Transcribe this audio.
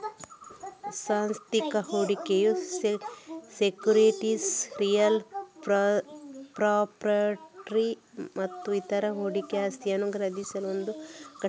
ಸಾಂಸ್ಥಿಕ ಹೂಡಿಕೆಯು securities real property ಮತ್ತು ಇತರ ಹೂಡಿಕೆ ಆಸ್ತಿಗಳನ್ನು ಖರೀದಿಸಲು ಒಂದು ಘಟಕವಾಗಿದೆ